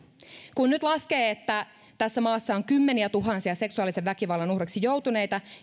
kun nyt laskee että tässä maassa on kymmeniätuhansia seksuaalisen väkivallan uhriksi joutuneita